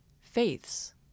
faiths